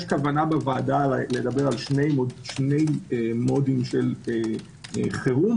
כוונה בוועדה לדבר על שני מודים של חירום.